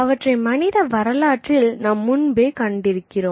அவற்றை மனித வரலாற்றில் நாம் முன்பே கண்டிருக்கிறோம்